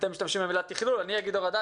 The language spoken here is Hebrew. אתם משתמשים במילה "תכלול" אני אומר "הורדה"